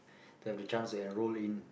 they have the chance to enroll in